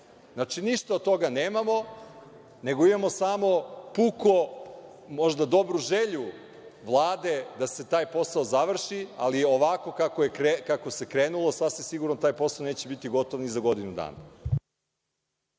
Ništa od toga nemamo, nego imamo samo možda dobru želju Vlade da se taj posao završi, ali ovako kako se krenulo, sasvim sigurno taj posao neće biti gotov ni za godinu dana.